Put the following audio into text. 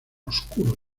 oscuro